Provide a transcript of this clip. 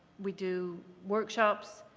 we do workshops,